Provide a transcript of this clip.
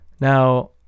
Now